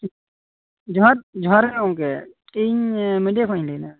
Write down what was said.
ᱡᱚᱦᱟᱨ ᱡᱚᱦᱟᱨ ᱜᱮ ᱜᱚᱝᱠᱮ ᱤᱧ ᱢᱤᱰᱤᱭᱟ ᱠᱷᱚᱱᱤᱧ ᱞᱟᱹᱭᱫᱟ